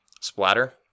splatter